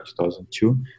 2002